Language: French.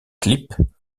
clips